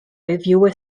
viewer